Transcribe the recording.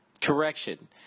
Correction